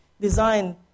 design